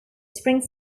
spring